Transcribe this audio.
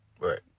Right